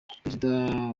perezida